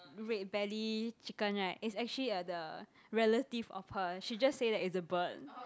red belly chicken right is actually a the relative of her she just say that it's a bird